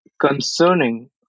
concerning